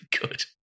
good